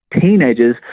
teenagers